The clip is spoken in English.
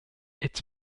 its